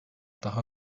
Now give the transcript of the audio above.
daha